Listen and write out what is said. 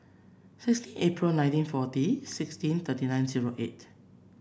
sixteen April nineteen forty sixteen thirty nine zero eight